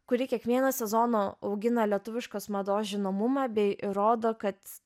kuri kiekvieną sezoną augina lietuviškos mados žinomumą bei įrodo kad